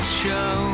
show